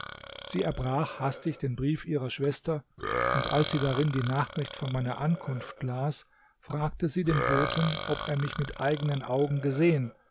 sie erbrach hastig den brief ihrer schwester und als sie darin die nachricht von meiner ankunft las fragte sie den boten ob er mich mit eigenen augen gesehen